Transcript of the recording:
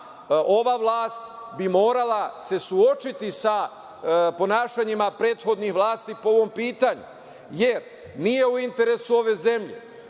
ova vlast bi morala se suočiti sa ponašanjima prethodnih vlasti po ovom pitanju, jer nije u interesu ove zemlje,